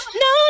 no